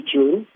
June